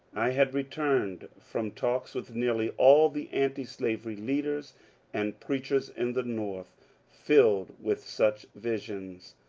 i had returned from talks with nearly all the antislavery leaders and preachers in the north filled with such visions,